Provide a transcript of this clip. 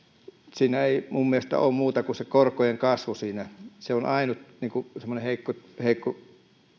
siinä ei minun mielestäni ole muuta kuin se korkojen kasvu se on ainut semmoinen heikko heikko